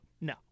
No